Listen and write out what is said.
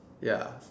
ya